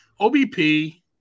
OBP